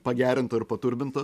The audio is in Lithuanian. pagerinto ir paturbinto